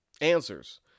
answers